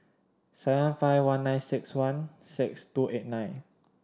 seven five one nine six one six two eight nine